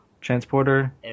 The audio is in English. transporter